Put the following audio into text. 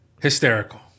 hysterical